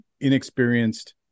inexperienced